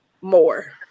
more